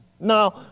Now